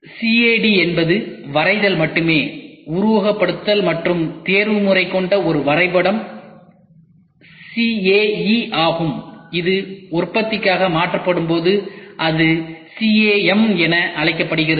CAD என்பது வரைதல் மட்டுமே உருவகப்படுத்துதல் மற்றும் தேர்வுமுறை கொண்ட ஒரு வரைபடம் CAE ஆகும் இது உற்பத்திக்காக மாற்றப்படும்போது அது CAM என அழைக்கப்படுகிறது